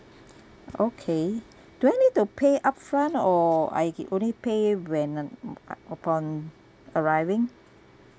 okay do I need to pay upfront or I only pay when upon arriving